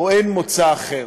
או אין מוצא אחר.